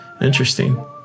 interesting